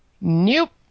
Nope